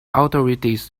authorities